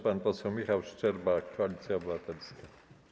Pan poseł Michał Szczerba, Koalicja Obywatelska.